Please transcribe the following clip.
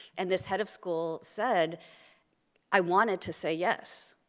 and this head of school said i wanted to say yes,